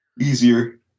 easier